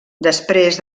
després